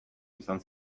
izan